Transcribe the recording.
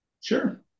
sure